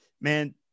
man